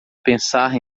pensar